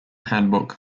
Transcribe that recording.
handbook